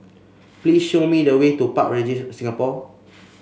please show me the way to Park Regis Singapore